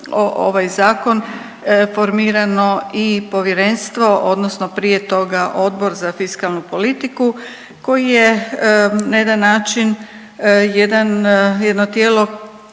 ovaj zakon formirano i povjerenstvo odnosno prije toga Odbor za fiskalnu politiku koji je na jedan način, jedan jedno